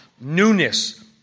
newness